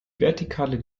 vertikale